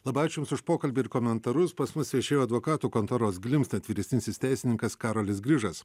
labai ačiū jums už pokalbį ir komentarus pas mus viešėjo advokatų kontoros glimsted vyresnysis teisininkas karolis grižas